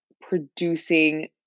producing